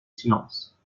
silence